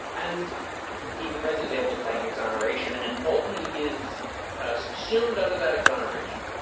and he the president's able to claim exoneration and bolton is subsumed under that exoneration.